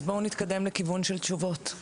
בואו נתקדם לכיוון של תשובות.